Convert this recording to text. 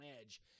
edge